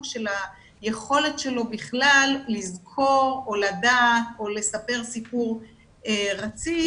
של היכולת שלו בכלל לזכור או לדעת או לספר סיפור רציף